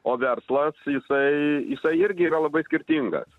o verslas jisai jisai irgi yra labai skirtingas